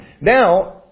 Now